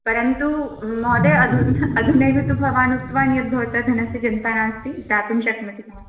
परन्तु महोदय् अधुना अधुनैव भवान् उक्तवान् यद्भवतः धनस्य चिन्ता नास्ति दातुं शक्नोति भवान्